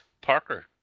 Parker